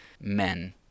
men